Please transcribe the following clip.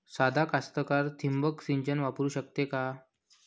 सादा कास्तकार ठिंबक सिंचन वापरू शकते का?